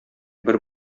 бер